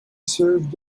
served